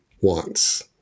wants